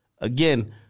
Again